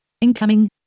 Incoming